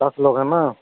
दस लोग है ना